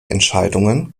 entscheidungen